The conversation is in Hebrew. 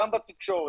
גם בתקשורת,